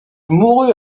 mourut